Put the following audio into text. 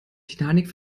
titanic